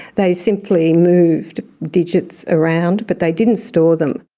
they simply moved digits around but they didn't store them.